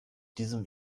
diesem